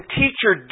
teacher